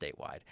statewide